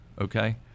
Okay